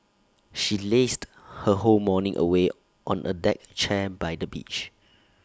she lazed her whole morning away on A deck chair by the beach